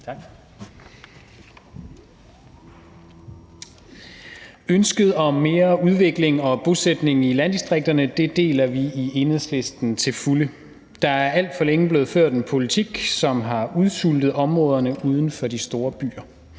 Ønsket om mere udvikling og bosætning i landdistrikterne deler vi i Enhedslisten til fulde. Der er alt for længe blevet ført en politik, som har udsultet områderne uden for de store byer.